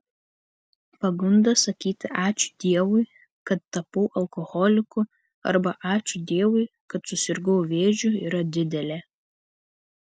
pagunda sakyti ačiū dievui kad tapau alkoholiku arba ačiū dievui kad susirgau vėžiu yra didelė